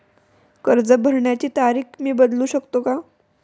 कर्ज भरण्याची तारीख मी बदलू शकतो का?